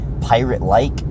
pirate-like